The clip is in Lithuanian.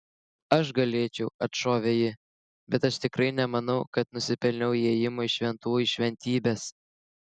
aš galėčiau atšovė ji bet aš tikrai nemanau kad nusipelniau įėjimo į šventųjų šventybes